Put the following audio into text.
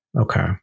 Okay